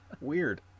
Weird